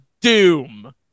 doom